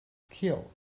skill